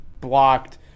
blocked